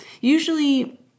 Usually